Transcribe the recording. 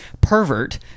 pervert